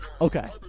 Okay